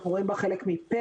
אנחנו רואים בה חלק מפר"ח.